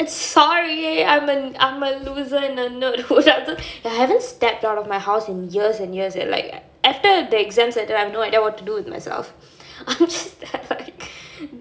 sorry I'm a I'm a loser I'm a nerd I haven't stepped out of my house in years and years leh after the exams settle I have no idea what to do with myself I'm just like